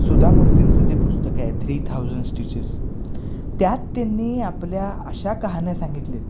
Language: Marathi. सुधा मूर्तींचं जे पुस्तक आहे थ्री थाऊजंड स्टिचेस त्यात त्यांनी आपल्या अशा कहाण्या सांगितले आहेत